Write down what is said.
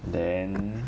then